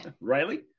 Riley